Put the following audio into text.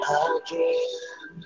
again